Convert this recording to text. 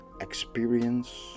experience